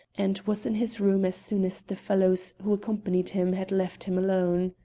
and was in his room as soon as the fellows who accompanied him had left him alone.